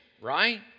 right